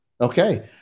Okay